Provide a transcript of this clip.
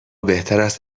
بهتراست